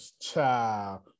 child